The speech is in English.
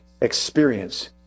experience